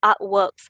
artworks